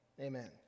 Amen